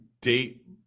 date